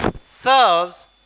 serves